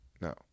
No